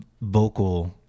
vocal